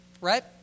Right